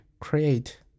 create